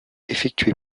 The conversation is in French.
effectuer